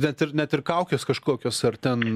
net ir net ir kaukės kažkokios ar ten